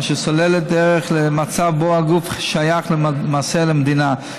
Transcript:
אשר סוללת דרך למצב שבו הגוף שייך למעשה למדינה.